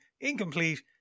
incomplete